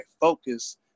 focus